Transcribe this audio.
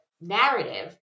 narrative